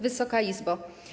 Wysoka Izbo!